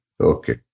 Okay